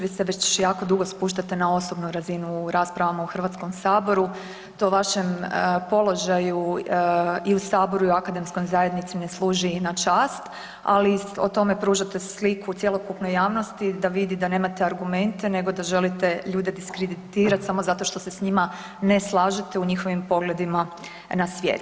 Vi se već jako dugo spuštate na osobnu razinu u rasprava u HS-u, to vašem položaju i u Saboru i u akademskoj zajednici ne služi na čast, ali o tome pružate sliku cjelokupnoj javnosti da vidi da nemate argumente nego da želite ljude diskreditirati samo zato što se s njima ne slažete u njihovim pogledima na svijet.